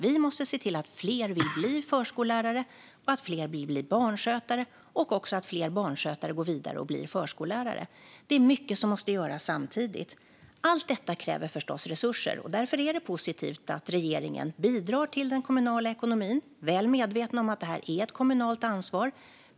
Vi måste se till att fler vill bli förskollärare, att fler vill bli barnskötare och att fler barnskötare också går vidare och blir förskollärare. Det är mycket som måste göras samtidigt. Allt detta kräver förstås resurser, och därför är det positivt att regeringen, väl medveten om att detta är ett kommunalt ansvar, bidrar till den kommunala ekonomin.